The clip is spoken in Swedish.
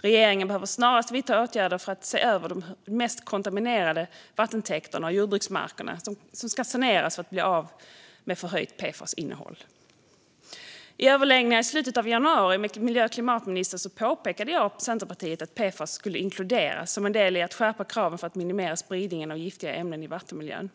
Regeringen behöver snarast vidta åtgärder för att se över hur de mest kontaminerade vattentäkterna och jordbruksmarkerna kan saneras för att bli av med förhöjt PFAS-innehåll. I överläggningar i slutet av januari med miljö och klimatministern påpekade jag och Centerpartiet att PFAS borde inkluderas i de skärpta kraven för att minimera spridningen av giftiga ämnen i vattenmiljön.